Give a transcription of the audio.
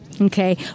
okay